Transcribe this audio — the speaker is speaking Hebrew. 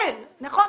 נכון.